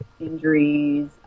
injuries